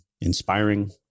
inspiring